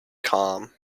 calm